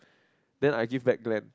then I give back Glen